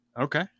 okay